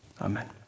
Amen